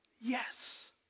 Yes